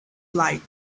light